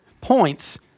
points